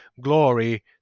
glory